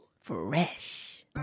fresh